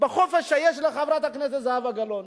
שיש לחברת הכנסת זהבה גלאון,